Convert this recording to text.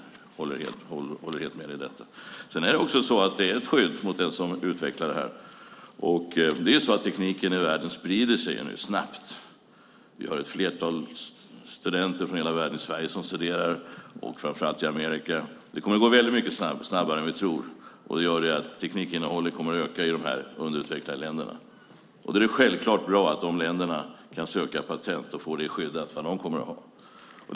Det håller jag helt med dig om. Det är också ett skydd för den som utvecklar. Tekniken sprider sig snabbt i världen. Ett flertal studenter från hela världen studerar i Sverige och framför allt i Amerika. Det kommer att gå mycket snabbare än vi tror. Det gör att teknikinnehållet kommer att öka i de underutvecklade länderna. Det är självklart bra att de länderna kan söka patent och få sina produkter skyddade.